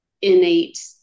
innate